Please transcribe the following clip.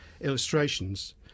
illustrations